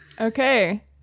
Okay